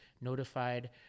notified